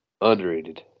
Underrated